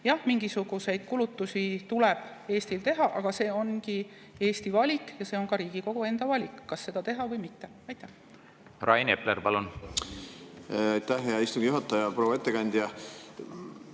Jah, mingisuguseid kulutusi tuleb Eestil teha, aga see ongi Eesti valik ja see on ka Riigikogu enda valik, kas seda teha või mitte. Rain Epler, palun! Rain Epler, palun! Aitäh, hea istungi juhataja! Proua ettekandja!